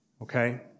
okay